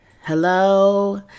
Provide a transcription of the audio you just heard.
Hello